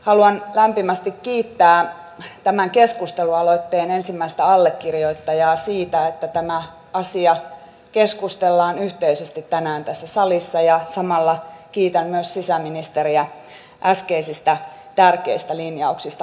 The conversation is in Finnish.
haluan lämpimästi kiittää tämän keskustelualoitteen ensimmäistä allekirjoittajaa siitä että tämä asia keskustellaan yhteisesti tänään tässä salissa ja samalla kiitän myös sisäministeriä äskeisistä tärkeistä lin jauksista hallituksen puolesta